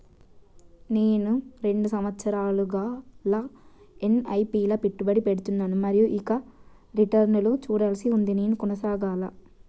నేను రెండు సంవత్సరాలుగా ల ఎస్.ఐ.పి లా పెట్టుబడి పెడుతున్నాను మరియు ఇంకా రిటర్న్ లు చూడాల్సి ఉంది నేను కొనసాగాలా?